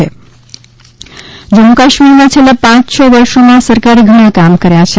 જમ્મુ કાશ્મીર જમ્મુ કાશમીરમાં છેલ્લા પાંચ છ વર્ષોમાં સરકારે ઘણા કામ કર્યા છે